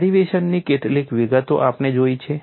ડેરિવેશનની કેટલીક વિગતો આપણે જોઈ છે